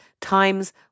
times